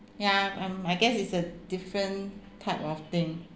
ya um I guess it's a different type of thing